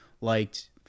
liked